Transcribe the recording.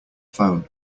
phone